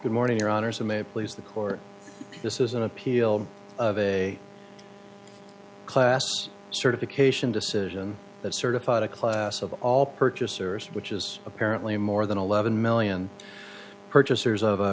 good morning your honor some may please the court this is an appeal of a class certification decision that certified a class of all purchasers which is apparently more than eleven million purchasers of